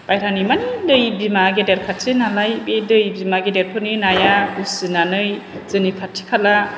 बायह्रानि मानि दै बिमा गेदेद खाथिनि नालाय बे दै बिमा गेदेदफोरनि नाया उसिनानै जोंनि खाथि खाला